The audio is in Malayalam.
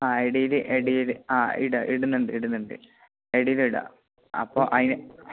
ആ ഇടയിൽ ഇടയിൽ ആ ഇടാം ഇടുന്നുണ്ട് ഇടുന്നിുണ്ട് ഇടയിലിടാം അപ്പോൾ അതിന്